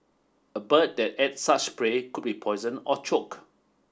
a bird that ate such prey could be poisoned or choke